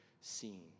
seen